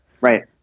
right